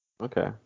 Okay